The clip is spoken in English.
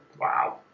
Wow